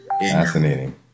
Fascinating